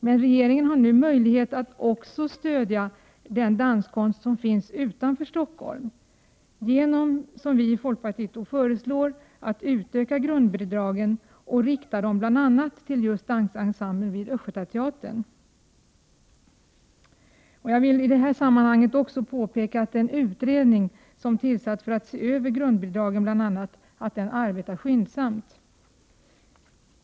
Men regeringen har nu möjlighet att också stödja den danskonst som finns utanför Stockholm genom att, som vi i folkpartiet föreslår, utöka grundbidragen och bl.a. rikta dem till just dansensemblen vid Östergötlands länsteater. Jag vill i detta sammanhang också påpeka att det är viktigt att den utredning som bl.a. skall se över grundbidragen arbetar skyndsamt.